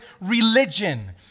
religion